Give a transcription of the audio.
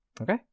okay